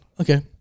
Okay